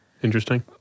interesting